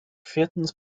viertens